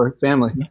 family